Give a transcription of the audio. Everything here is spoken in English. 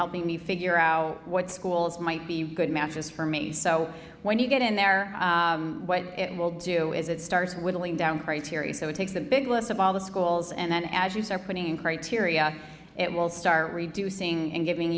helping me figure out what schools might be good matches for me so when you get in there what it will do is it starts with lying down criteria so it takes the big list of all the schools and then as you say are putting in criteria it will start reducing and giving